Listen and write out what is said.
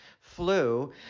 flu